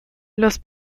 los